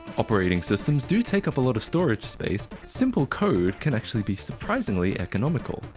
operating systems do take up a lot of storage space, simple code can actually be surprisingly economical.